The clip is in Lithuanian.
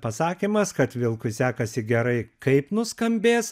pasakymas kad vilkui sekasi gerai kaip nuskambės